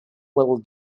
little